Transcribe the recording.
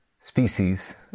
species